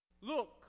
look